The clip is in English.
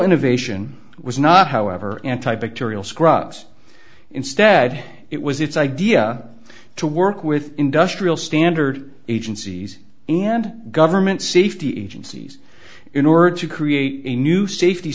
innovation was not however anti bacterial scruggs instead it was its idea to work with industrial standard agencies and government safety agencies in order to create a new safety